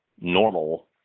normal